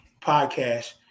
podcast